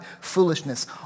foolishness